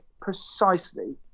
precisely